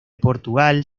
portugal